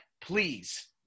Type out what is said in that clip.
please